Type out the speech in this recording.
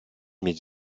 mieć